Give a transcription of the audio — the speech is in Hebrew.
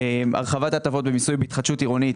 הרחבת ההטבות במיסוי והתחדשות עירונית,